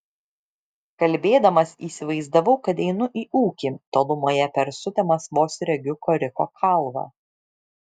kalbėdamas įsivaizdavau kad einu į ūkį tolumoje per sutemas vos regiu koriko kalvą